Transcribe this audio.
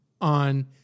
on